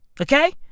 Okay